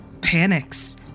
panics